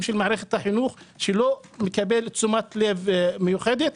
של מערכת החינוך שלא מקבל תשומת לב מיוחדת.